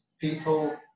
people